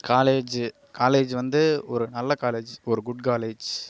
காலேஜி college வந்து ஒரு நல்ல காலேஜ் ஒரு குட் காலேஜ்